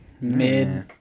mid